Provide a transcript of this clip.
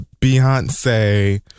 Beyonce